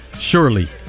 surely